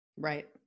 Right